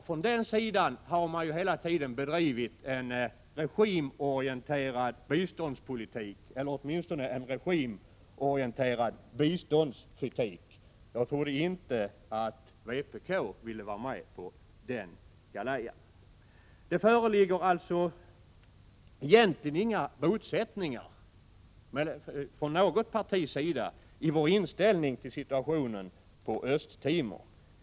Från moderat sida har man hela tiden bedrivit en regimorienterad biståndspolitik, eller åtminstone en regimorienterad biståndskritik. Jag trodde inte att vpk ville vara med på den galejan. Egentligen föreligger det alltså inga motsättningar mellan partierna när det 57 gäller inställningen till situationen på Östra Timor.